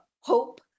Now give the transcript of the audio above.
hope